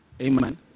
Amen